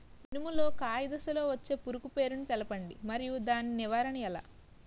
మినుము లో కాయ దశలో వచ్చే పురుగు పేరును తెలపండి? మరియు దాని నివారణ ఎలా?